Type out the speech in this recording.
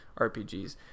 rpgs